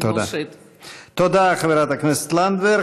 תודה, חברת הכנסת לנדבר.